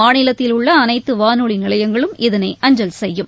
மாநிலத்தில் உள்ள அனைத்து வானொலி நிலையங்களும் இதனை அஞ்சல் செய்யும்